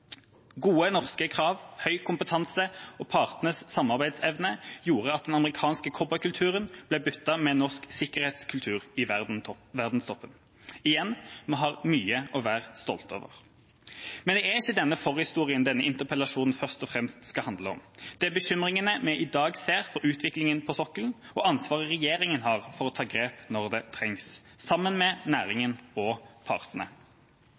Gode norske krav, høy kompetanse og partenes samarbeidsevne gjorde at den amerikanske cowboykulturen ble byttet med norsk – en sikkerhetskultur i verdenstoppen. Igjen: Vi har mye å være stolt over. Men det er ikke denne forhistorien denne interpellasjonen først og fremst skal handle om, det er bekymringene vi i dag ser for utviklingen på sokkelen og ansvaret regjeringa har for å ta grep når det trengs, sammen med næringen og partene.